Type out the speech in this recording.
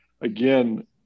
again